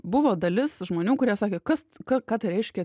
buvo dalis žmonių kurie sakė kas ką tai reiškia